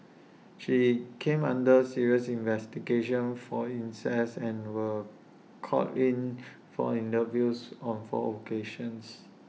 she came under serious investigation for incest and were called in for interviews on four occasions